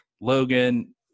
Logan